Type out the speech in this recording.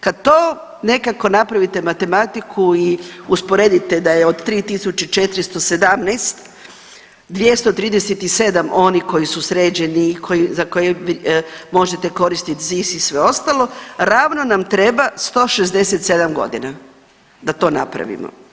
Kad to nekako napravite matematiku i usporedite da je od 3.417, 237 onih koji su sređeni i koji, za koje možete koristit ZIS i sve ostalo ravno nam treba 167 godina da to napravimo.